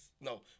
no